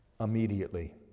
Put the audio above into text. Immediately